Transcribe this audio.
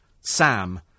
Sam